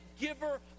giver